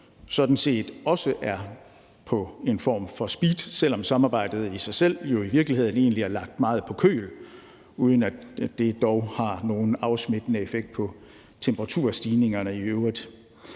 sådan set også er på en form for speed, selv om samarbejdet i sig selv jo i virkeligheden egentlig er lagt meget på køl, uden at det dog har nogen afsmittende effekt på temperaturstigningerne i øvrigt.